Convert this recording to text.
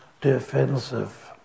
defensive